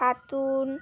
Khatun